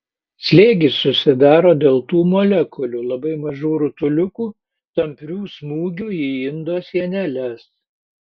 slėgis susidaro dėl tų molekulių labai mažų rutuliukų tamprių smūgių į indo sieneles